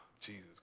Jesus